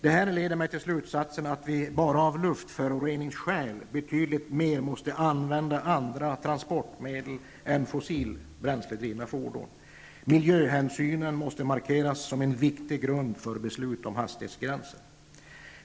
Det här leder mig till slutsatsen att vi bara av luftföroreningsskäl måste använda betydligt mer andra transportmedel än fossilbränsledrivna fordon. Miljöhänsynen måste markeras som en viktig grund för beslut om hastighetsgränser.